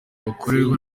bakorerwa